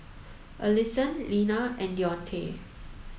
Allisson Lina and Deontae